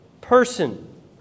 person